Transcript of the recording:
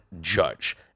Judge